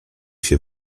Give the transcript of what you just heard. się